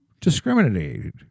discriminated